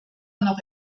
noch